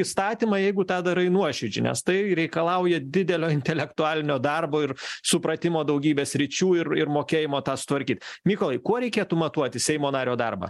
įstatymą jeigu tą darai nuoširdžiai nes tai reikalauja didelio intelektualinio darbo ir supratimo daugybės sričių ir ir mokėjimo tą sutvarkyt mykolai kuo reikėtų matuoti seimo nario darbą